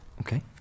Okay